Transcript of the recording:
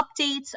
updates